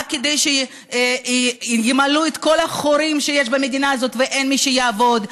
רק כדי שימלאו את כל החורים שיש במדינה הזאת ואין מי שיעבוד?